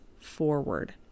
forward